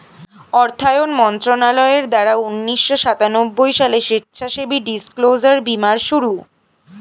অর্থায়ন মন্ত্রণালয়ের দ্বারা উন্নিশো সাতানব্বই সালে স্বেচ্ছাসেবী ডিসক্লোজার বীমার শুরু